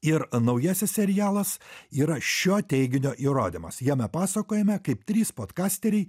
ir naujasis serialas yra šio teiginio įrodymas jame pasakojame kaip trys podkasteriai